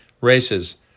races